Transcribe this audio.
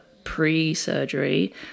pre-surgery